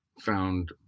found